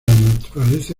naturaleza